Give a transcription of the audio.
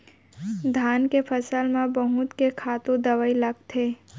धान के फसल म बहुत के खातू दवई लगथे